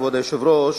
כבוד היושב-ראש,